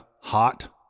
hot